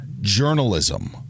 journalism